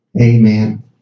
Amen